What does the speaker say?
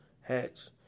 hats